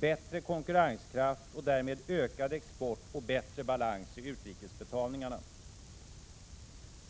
bättre konkurrenskraft och därmed ökad export och bättre balans i utrikesbetalningarna.